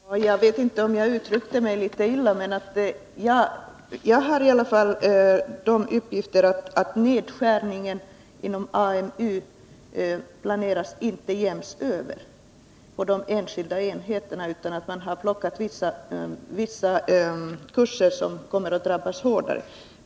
Herr talman! Jag vet inte om jag uttryckte mig litet illa, men jag har uppgifter om att nedskärningen inom AMU inte planeras jäms över på de enskilda enheterna, utan vissa kurser kommer att drabbas hårdare.